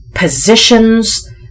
positions